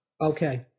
Okay